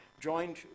joined